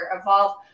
evolve